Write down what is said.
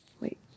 wait